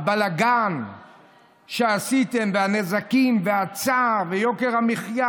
הבלגן שעשיתם והנזקים וההאצה ויוקר המחיה,